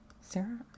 Sarah